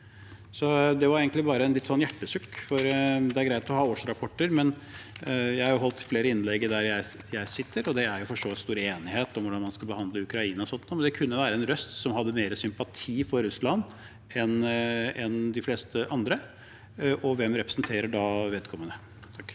Dette var egentlig bare et lite hjertesukk. Det er greit å ha årsrapporter, men jeg har holdt flere innlegg der jeg sitter, og det er for så vidt stor enighet om hvordan man skal behandle Ukraina og slikt, men det kunne være en røst som hadde mer sympati for Russland enn de fleste andre, og hvem representerer da vedkommende? Hårek